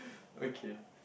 okay